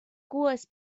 cues